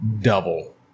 double